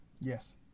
yes